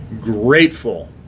grateful